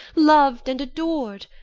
lov'd, and ador'd!